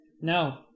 no